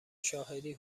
شاهدی